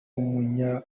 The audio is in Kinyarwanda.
w’umunya